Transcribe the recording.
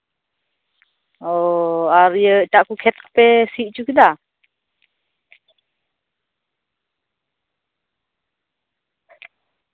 ᱚ ᱟᱨ ᱤᱭᱟᱹ ᱮᱴᱟᱜ ᱠᱚ ᱠᱷᱮᱛ ᱠᱚᱯᱮ ᱥᱤ ᱚᱪᱚ ᱠᱮᱫᱟ